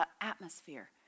atmosphere